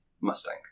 Mustang